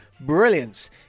brilliance